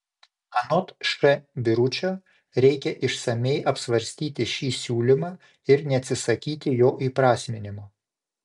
anot š biručio reikia išsamiai apsvarstyti šį siūlymą ir neatsisakyti jo įprasminimo